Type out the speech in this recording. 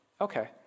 okay